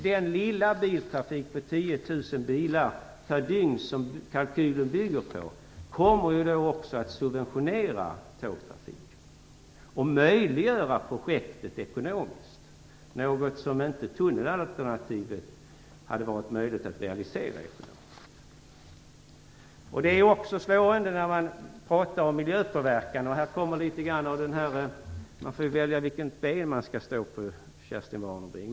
Den lilla biltrafik om 10 000 bilar per dygn som kalkylen bygger på kommer att subventionera tågtrafiken och att möjliggöra projektet ekonomiskt, något som inte hade varit möjligt att realisera ekonomiskt med tunnelalternativet. När man talar om miljöpåverkan får man välja vilket ben man skall stå på, Kerstin Warnerbring.